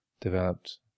developed